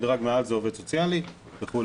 מדרג מעל זה עובד סוציאלי וכו'